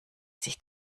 sich